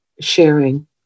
sharing